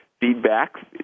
feedback